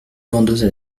vendeuses